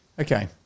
Okay